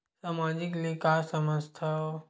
सामाजिक ले का समझ थाव?